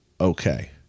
okay